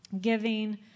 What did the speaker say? giving